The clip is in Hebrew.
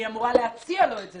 היא אמורה להציע לו את זה.